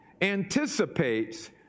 anticipates